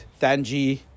Danji